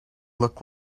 look